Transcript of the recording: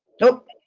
nope,